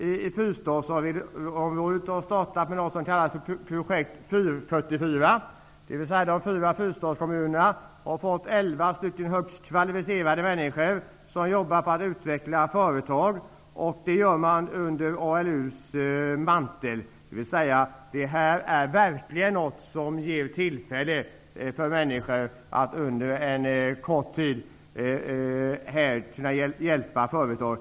I Fyrstadsområdet har man startat med något som kallas för projekt 4--44, dvs. de fyra fyrstadskommunerna har fått elva högst kvalificerade människor som jobbar med att utveckla företag. Det gör man under ALU:s mantel. Detta är verkligen något som ger tillfälle för människor att under en kort tid hjälpa företag.